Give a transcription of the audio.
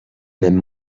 même